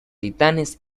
titanes